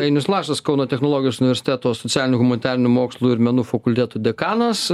ainius lašas kauno technologijos universiteto socialinių humanitarinių mokslų ir menų fakulteto dekanas